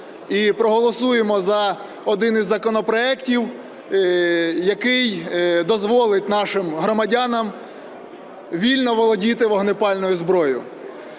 проголосуємо за один із законопроектів, який дозволить нашим громадянам вільно володіти вогнепальною зброєю.